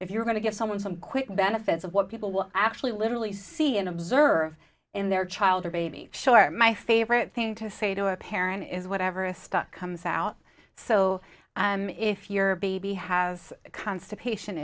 if you're going to get someone some quick benefits of what people will actually literally see and observe in their child or baby sure my favorite thing to say to a parent is whatever is stuck comes out so if your baby has constipation